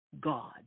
God